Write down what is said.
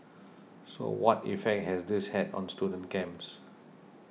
so what effect has this had on student camps